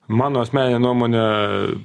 mano asmenine nuomone